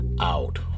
out